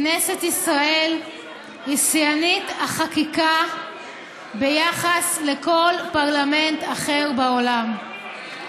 כנסת ישראל היא שיאנית החקיקה ביחס לכל פרלמנט אחר בעולם.